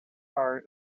are